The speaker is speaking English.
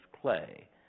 clay